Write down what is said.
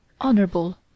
honorable